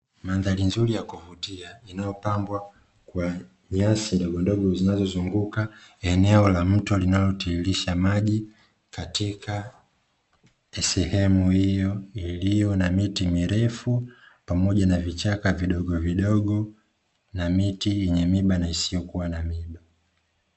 Mandhari nzuri ya kuvutia iliyopangwa kwa nyasi ndogondogo zinazozunguka eneo la mto linalotiririsha maji katika sehemu hiyo iliyo na miti mirefu pamoja na vichaka vidogovidogo na miti yenye miba na isiyokuwa na miba.